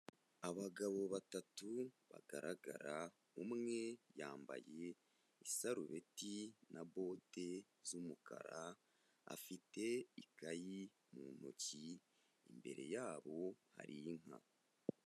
Abagabo batatu bagaragara umwe yambaye isarubeti na bote z'umukara, afite ikayi mu ntoki, imbere yabo hari inka.